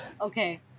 Okay